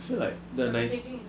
I feel like the ma~